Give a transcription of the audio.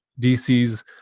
DC's